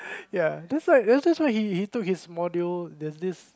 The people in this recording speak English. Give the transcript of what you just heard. ya that's why that's why he took his module there's this